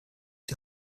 die